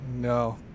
no